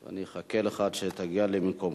אני אחכה לך עד שתגיע למקומך.